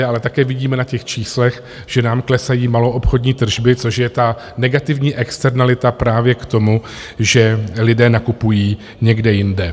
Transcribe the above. Ale také vidíme na těch číslech, že nám klesají maloobchodní tržby, což je ta negativní externalita právě k tomu, že lidé nakupují někde jinde.